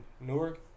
Newark